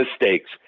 mistakes